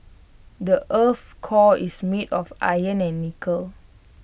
the Earth's core is made of iron and nickel